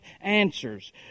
answers